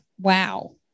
Wow